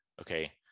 okay